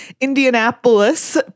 Indianapolis